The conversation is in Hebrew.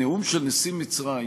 הנאום של נשיא מצרים